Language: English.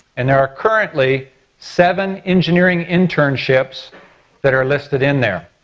and there are currently seven engineering internships that are listed in there.